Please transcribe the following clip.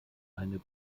eine